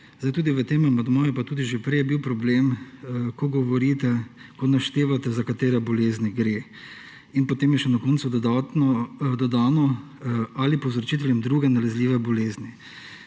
tudi v tem amandmaju, pa tudi že prej, je bil problem, ko govorite, ko naštevate, za katere bolezni gre. In potem je še na koncu dodano, »ali povzročitelji in druge nalezljive bolezni«.